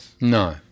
No